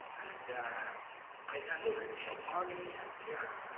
and i handed him some money, and he yeah